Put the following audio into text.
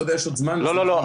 אתה יודע יש עוד זמן --- לא, לא.